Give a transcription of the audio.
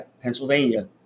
Pennsylvania